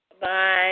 Bye